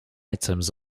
items